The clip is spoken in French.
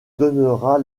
donneras